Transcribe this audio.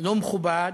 לא מכובד,